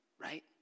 right